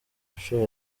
nshuro